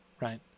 right